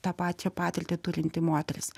tą pačią patirtį turinti moteris